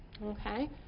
Okay